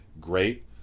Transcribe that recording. great